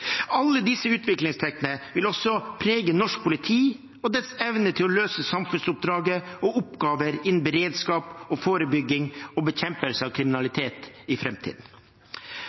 Alle disse utviklingstrekkene vil også prege norsk politi og dets evne til å løse samfunnsoppdraget og oppgaver innen beredskap, forebygging og bekjempelse av kriminalitet i